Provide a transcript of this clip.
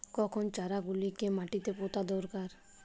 কখন চারা গুলিকে মাটিতে পোঁতা দরকার?